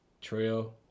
Trill